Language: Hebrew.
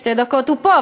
שתי דקות הוא פה,